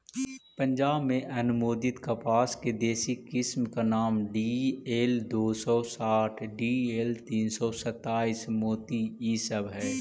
पंजाब में अनुमोदित कपास के देशी किस्म का नाम डी.एल दो सौ साठ डी.एल तीन सौ सत्ताईस, मोती इ सब हई